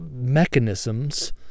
mechanisms